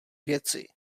věci